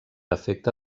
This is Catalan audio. efecte